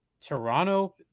Toronto